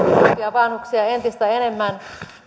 vanhuksia entistä enemmän